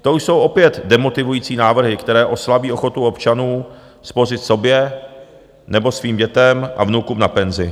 To už jsou opět demotivující návrhy, které oslabí ochotu občanů spořit sobě nebo svým dětem a vnukům na penzi.